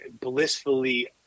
blissfully